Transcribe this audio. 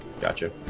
Gotcha